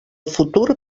futur